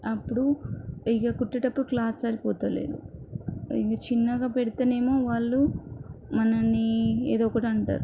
అప్పుడు ఇక కుట్టేటప్పుడు క్లాత్ సరిపోతలేదు ఇక చిన్నగా పెడితేనేమో వాళ్ళు మనని ఏదొకటి అంటారు